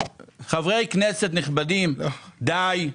חברי כנסת נכבדים, די.